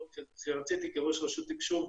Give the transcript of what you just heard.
כראש רשות תקשוב,